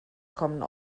kommen